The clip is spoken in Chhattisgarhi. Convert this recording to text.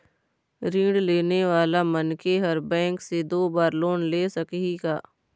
ऋण लेने वाला मनखे हर बैंक से दो बार लोन ले सकही का?